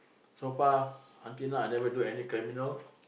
so far until now I never do any criminal